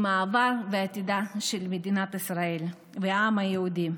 עם העבר ועם עתידה של מדינת ישראל והעם היהודי.